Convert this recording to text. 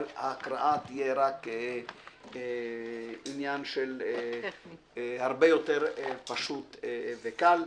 ההקראה תהיה עניין הרבה יותר פשוט וקל.